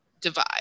divide